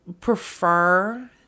prefer